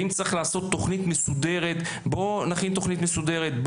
אם צריך לעשות תוכנית מסודרת בואו נכין תוכנית מסודרת,